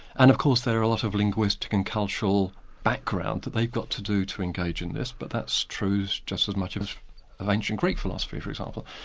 and of course there are a lot of linguistic and cultural background that they've got to do to engage in this, but that's true just as much of ancient greek philosophy, for example.